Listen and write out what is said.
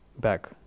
back